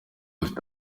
bifite